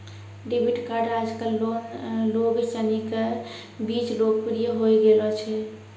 debit card आजकल लोग सनी के बीच लोकप्रिय होए गेलो छै